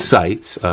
sights,